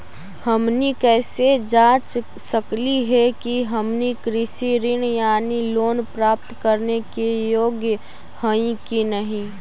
हमनी कैसे जांच सकली हे कि हमनी कृषि ऋण यानी लोन प्राप्त करने के योग्य हई कि नहीं?